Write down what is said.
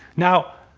now,